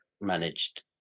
managed